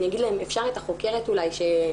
אני אגיד להם, אפשר את החוקרת הזאת?